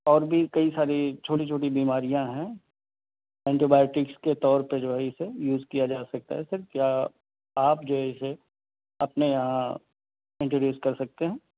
اور بھی کئی ساری چھوٹی چھوٹی بیماریاں ہیں اینٹی بایوٹِکس کے طور پہ جو ہے اِسے یُوز کیا جا سکتا ہے سر کیا آپ جو ہے اِسے اپنے یہاں انٹروڈیوز کر سکتے ہیں